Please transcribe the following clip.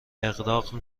اغراق